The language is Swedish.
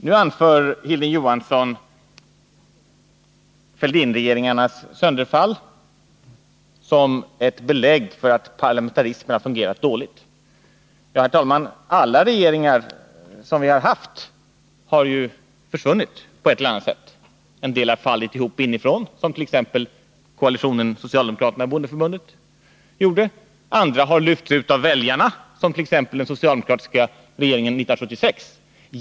Nu anför Hilding Johansson Fälldinregeringarnas sönderfall som ett belägg för att parlamentarismen har fungerat dåligt. Alla regeringar som vi har haft har ju försvunnit på ett eller annat sätt. En del har fallit ihop inifrån, som t.ex. koalitionen socialdemokraterna-bondeförbundet gjorde. Andra 25 har lyfts ut av väljarna, som t.ex. den socialdemokratiska regeringen 1976.